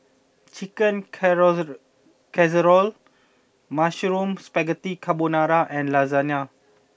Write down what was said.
Chicken Casserole Mushroom Spaghetti Carbonara and Lasagna